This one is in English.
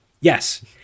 Yes